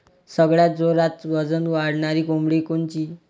सगळ्यात जोरात वजन वाढणारी कोंबडी कोनची?